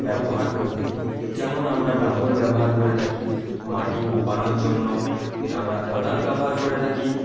ব্যবহার করে থাকি যেমন আমরা লাঙল ব্যবহার করে থাকি মাটি কোপানোর জন্য আমরা কোদাল ব্যবহার করে থাকি